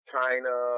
China